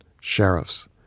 sheriffs